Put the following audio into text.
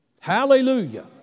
Hallelujah